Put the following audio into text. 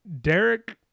Derek